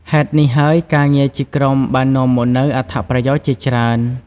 ហេតុនេះហើយការងារជាក្រុមបាននាំមកនូវអត្ថប្រយោជន៍ជាច្រើន។